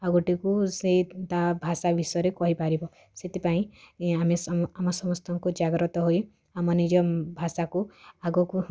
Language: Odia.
ଆଉ ଗୋଟେ ଆଉ ଗୋଟେକୁ ସେ ତା ଭାଷା ବିଷୟରେ କହିପାରିବ ସେଥିପାଇଁ ଆମେ ସମ୍ ଆମ ସମସ୍ତଙ୍କୁ ଜାଗ୍ରତ ହୋଇ ଆମ ନିଜ ଭାଷାକୁ ଆଗକୁ